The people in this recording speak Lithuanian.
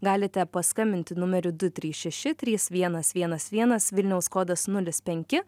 galite paskambinti numeriu du trys šeši trys vienas vienas vienas vilniaus kodas nulis penki